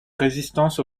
résistance